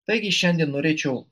taigi šiandien norėčiau